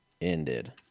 ended